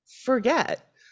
forget